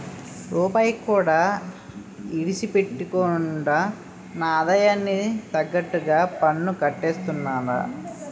రూపాయికి కూడా ఇడిసిపెట్టకుండా నా ఆదాయానికి తగ్గట్టుగా పన్నుకట్టేస్తున్నారా